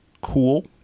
cool